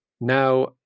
now